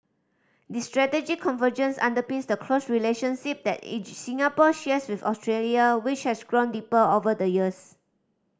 this strategic convergence underpins the close relationship that Singapore shares with Australia which has grown deeper over the years